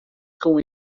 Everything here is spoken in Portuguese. com